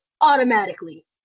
automatically